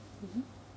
mmhmm